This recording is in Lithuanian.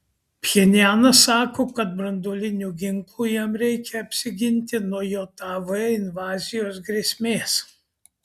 pchenjanas sako kad branduolinių ginklų jam reikia apsiginti nuo jav invazijos grėsmės